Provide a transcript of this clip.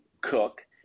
cook